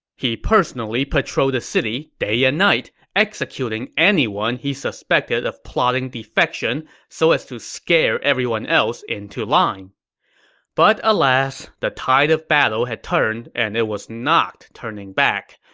he personally patrolled the city day and night, executing anyone he suspected of plotting defection so as to scare everyone else into line but alas, the tide of battle had turned, and it was not turning back.